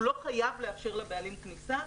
הוא לא חייב לאפשר לבעלים כניסה.